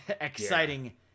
exciting